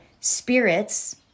spirits